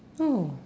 oh